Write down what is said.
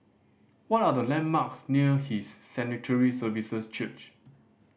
what are the landmarks near His Sanctuary Services Church